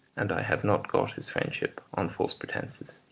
and i have not got his friendship on false pretences.